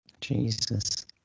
Jesus